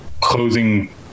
closing